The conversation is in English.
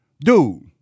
Dude